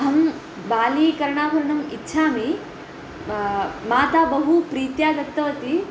अहं बालीकर्णाभरणम् इच्छामि माता बहु प्रीत्या दत्तवती